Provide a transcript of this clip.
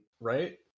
Right